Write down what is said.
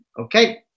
Okay